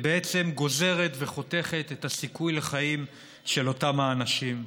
היא בעצם גוזרת וחותכת את הסיכוי לחיים של אותם האנשים.